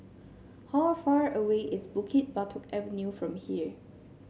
how far away is Bukit Batok Avenue from here